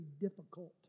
difficult